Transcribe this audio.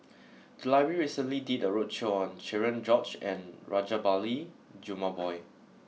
the library recently did a roadshow on Cherian George and Rajabali Jumabhoy